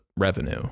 revenue